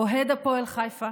אוהד הפועל חיפה